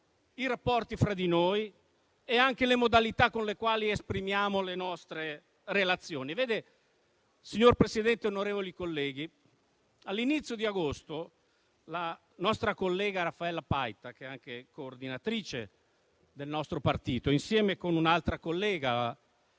i rapporti fra di noi e anche le modalità con le quali esprimiamo le nostre relazioni. Signor Presidente, onorevoli colleghi, all'inizio di agosto, la nostra collega Raffaella Paita, coordinatrice del nostro partito, e un'altra collega